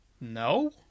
No